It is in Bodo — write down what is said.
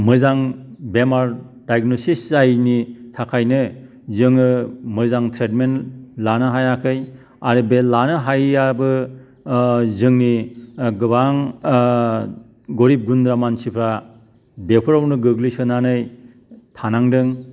मोजां बेमार डायग्नसिस जायैनि थाखायनो जोङो मोजां ट्रिटमेन्ट लानो हायाखै आरो बे लानो हायैयाबो जोंनि गोबां गरिब गुन्द्रा मानसिफ्रा बेफोरावनो गोग्लैसोनानै थानांदों